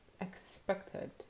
Expected